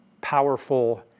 powerful